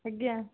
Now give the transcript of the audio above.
ଆଜ୍ଞା